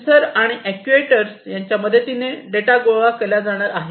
sensor आणि actuator यांच्या मदतीने डेटा गोळा केला जाणार आहे